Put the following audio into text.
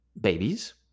babies